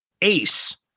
Ace